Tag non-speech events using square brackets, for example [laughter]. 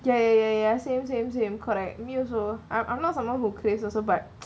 ya ya ya same same same correct me also I'm not someone who claims also but [noise]